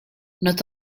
not